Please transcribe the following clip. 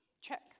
Check